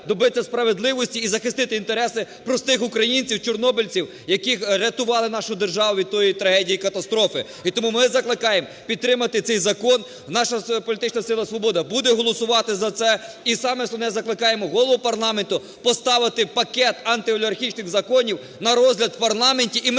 добитися справедливості і захистити інтереси простих українців, чорнобильців, які рятували нашу державу від тої трагедії і катастрофи. І тому ми закликаємо підтримати цей закон. Наша політична сила "Свобода" буде голосувати за це. І, саме основне, закликаємо голову парламенту поставити пакет антиолігархічних законів на розгляд в парламенті,